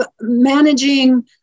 managing